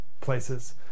places